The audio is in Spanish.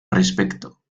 respecto